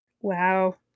Wow